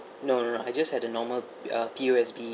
no no no I just had a normal uh P_O_S_B